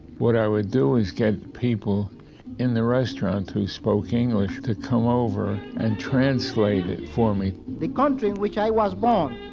what i would do is get people in the restaurant who spoke english to come over and translate it for me the country in which i was born